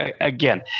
again